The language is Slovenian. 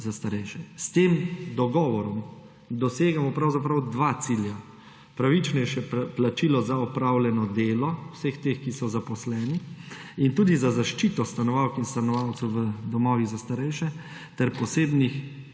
za starejše. S tem dogovorom dosegamo pravzaprav dva cilja: pravičnejše plačilo za opravljeno delo vseh teh, ki so zaposleni, in tudi za zaščito stanovalk in stanovalcev v domovih za starejše ter posebnih